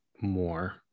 more